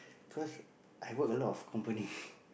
cause I work a lot of company